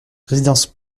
résidence